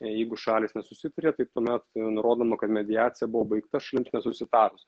jeigu šalys nesusitarė tai tuomet nurodoma kad mediacija buvo baigta šalims nesusitarus